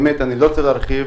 אני לא רוצה להרחיב